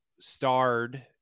Starred